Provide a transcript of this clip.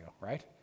right